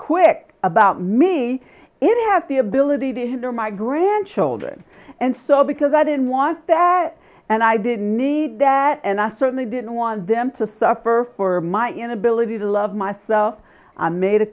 quick about me it has the ability to hinder my grandchildren and so because i didn't want that and i didn't need that and i certainly didn't want them to suffer for my inability to love myself made a